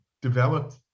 developed